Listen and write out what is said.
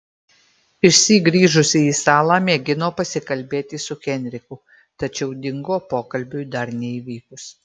išsyk grįžusi į salą mėgino pasikalbėti su henriku tačiau dingo pokalbiui dar neįvykus